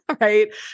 right